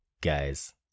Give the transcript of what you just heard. Guys